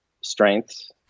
strengths